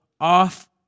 off